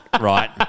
right –